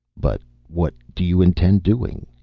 but what do you intend doing?